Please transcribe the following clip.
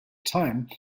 time